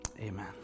Amen